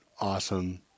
awesome